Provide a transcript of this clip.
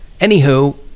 Anywho